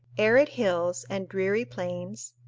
arid hills and dreary plains,